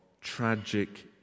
tragic